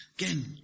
Again